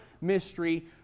mystery